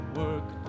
work